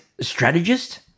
strategist